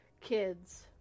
kids